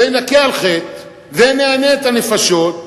נכה על חטא ונענה את הנפשות,